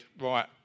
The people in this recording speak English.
right